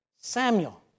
Samuel